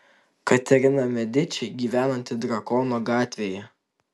katerina mediči gyvenanti drakono gatvėje